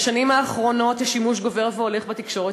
בשנים האחרונות יש שימוש גובר והולך בתקשורת